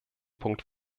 punkt